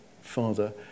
father